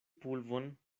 pulvon